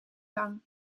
lang